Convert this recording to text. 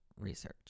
research